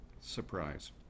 surprise